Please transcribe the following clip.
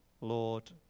Lord